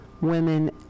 women